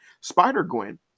Spider-Gwen